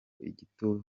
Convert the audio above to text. igitugu